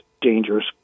dangerous